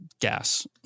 gas